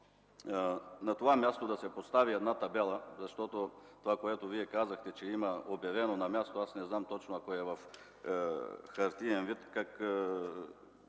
на това място да се постави една табела? Защото това, което Вие казахте, че я има обявена на място, аз не знам точно на кое – в хартиен вид, как